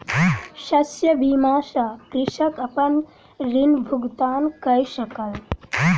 शस्य बीमा सॅ कृषक अपन ऋण भुगतान कय सकल